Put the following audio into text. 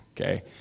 okay